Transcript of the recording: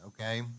okay